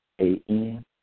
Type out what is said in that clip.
A-N